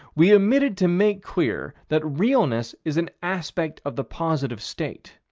we omitted to make clear that realness is an aspect of the positive state.